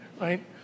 right